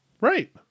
Right